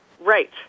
Right